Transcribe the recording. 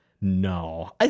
No